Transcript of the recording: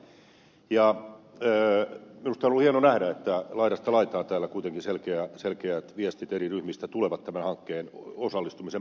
minusta on ollut hieno nähdä että laidasta laitaan täällä kuitenkin selkeät viestit eri ryhmistä tulevat tämän hankkeen osallistumisen puolesta